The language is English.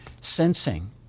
sensing